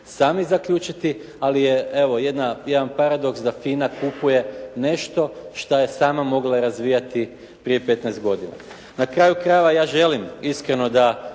sami zaključiti, ali je evo jedan paradoks da FINA kupuje nešto što je sama mogla i razvijati prije 15 godina. Na kraju krajeva ja želim iskreno da